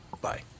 Bye